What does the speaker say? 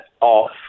off